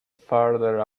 farther